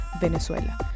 Venezuela